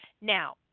Now